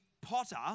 potter